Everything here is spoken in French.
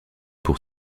pour